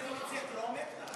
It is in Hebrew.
מעבירים את זה טרומית,